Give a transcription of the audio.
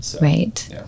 Right